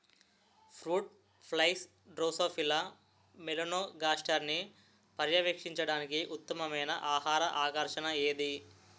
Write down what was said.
Fruit flies drosophila మెలనోగాస్టర్ని పర్యవేక్షించడానికి ఉత్తమమైన ఆహార ఆకర్షణ ఏది?